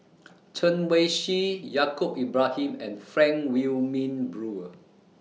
Chen Wen Hsi Yaacob Ibrahim and Frank Wilmin Brewer